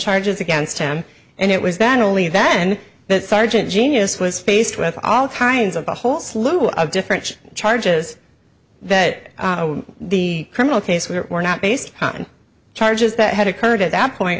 charges against him and it was then only then that sergeant genius was faced with all kinds of a whole slew of different charges that the criminal case were not based on charges that had occurred at that point